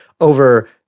over